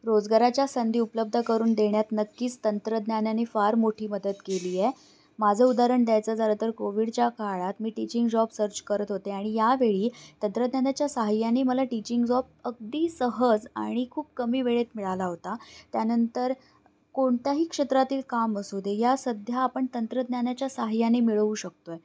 रोजगाराच्या संधी उपलब्ध करून देण्यात नक्कीच तंत्रज्ञानाने फार मोठी मदत केली आहे माझं उदाहरण द्यायचं झालं तर कोविडच्या काळात मी टीचिंग जॉब सर्च करत होते आणि यावेळी तंत्रज्ञानाच्या साह्याने मला टीचिंग जॉब अगदी सहज आणि खूप कमी वेळेत मिळाला होता त्यानंतर कोणत्याही क्षेत्रातील काम असू दे या सध्या आपण तंत्रज्ञानाच्या साह्याने मिळवू शकतो आहे